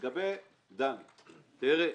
לגבי דני, תראה,